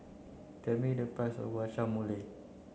tell me the price of Guacamole